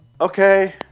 Okay